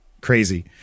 crazy